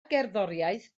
gerddoriaeth